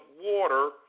water